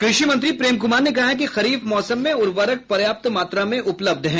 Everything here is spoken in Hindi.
कृषि मंत्री प्रेम कूमार ने कहा है कि खरीफ मौसम में उर्वरक पर्याप्त मात्रा में उपलब्ध है